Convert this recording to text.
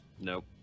nope